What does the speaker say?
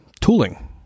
Tooling